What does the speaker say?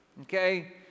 okay